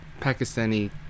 Pakistani